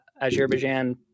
Azerbaijan